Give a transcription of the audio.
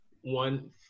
one